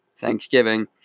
thanksgiving